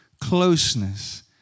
closeness